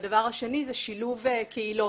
והדבר השני הוא שילוב קהילות,